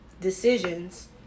decisions